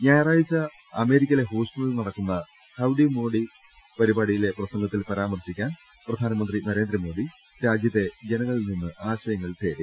ഞായറാഴ്ച്ച അമേരിക്കയിലെ ഹൂസ്റ്റണിൽ നടക്കുന്ന ഹൌഡി മോദി പരിപാടിയിലെ പ്രസംഗത്തിൽ പരാമർശിക്കാൻ പ്രധാനമന്ത്രി നരേന്ദ്രമോദി രാജ്യത്തെ ജനങ്ങളിൽ നിന്ന് ആശയങ്ങൾ തേടി